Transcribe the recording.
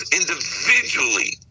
individually